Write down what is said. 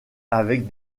avec